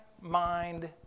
mind